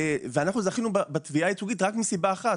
אנחנו זכינו בתביעה הייצוגית רק מסיבה אחת,